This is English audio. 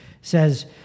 says